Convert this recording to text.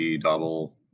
double